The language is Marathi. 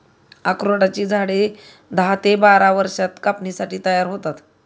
अक्रोडाची झाडे दहा ते बारा वर्षांत कापणीसाठी तयार होतात